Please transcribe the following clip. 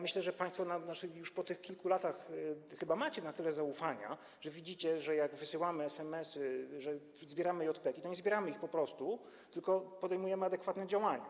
Myślę, że państwo już po tych kilku latach macie na tyle zaufania, że widzicie, że jak wysyłamy SMS-y, że zbieramy JPK-i, to nie zbieramy ich tak po prostu, tylko podejmujemy adekwatne działania.